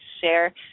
share